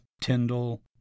Tyndall